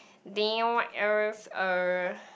then what else uh